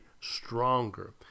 stronger